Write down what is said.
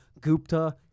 Gupta